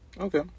Okay